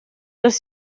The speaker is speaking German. das